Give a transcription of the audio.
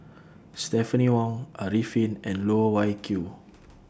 Stephanie Wong Arifin and Loh Wai Kiew